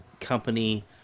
company